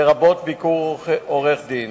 לרבות ביקור עורך-דין.